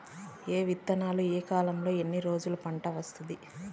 ఏ విత్తనాలు ఏ కాలంలో ఎన్ని రోజుల్లో పంట వస్తాది?